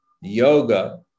yoga